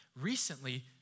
recently